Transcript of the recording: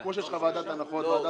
כמו שיש לך ועדת הנחות --- לא,